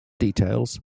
details